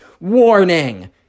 warning